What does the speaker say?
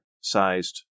sized